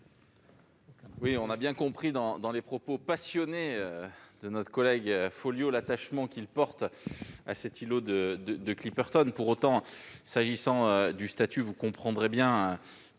? On a bien compris, dans les propos passionnés de notre collègue Folliot, l'attachement qu'il porte à cet îlot de Clipperton. Pour autant, s'agissant du statut, vous comprendrez bien